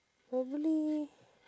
probably